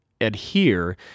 adhere